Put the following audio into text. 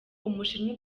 umushinwa